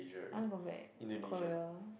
I want go back Korea